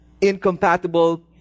incompatible